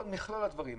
מדובר במכלול של דברים.